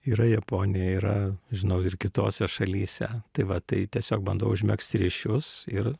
yra japonijoj yra žinau ir kitose šalyse tai va tai tiesiog bandau užmegzti ryšius ir